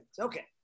Okay